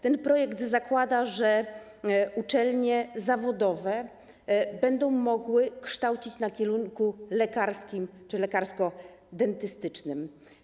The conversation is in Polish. Ten projekt zakłada, że uczelnie zawodowe będą mogły kształcić na kierunku lekarskim czy lekarsko-dentystycznym.